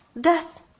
death